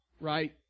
right